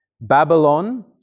Babylon